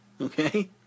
Okay